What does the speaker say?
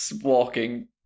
walking